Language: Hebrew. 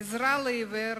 עזרה לעיוור